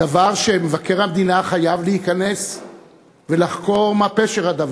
דבר שמבקר המדינה חייב להיכנס ולחקור מה פשרו,